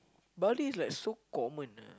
Bali is like so common ah